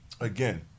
again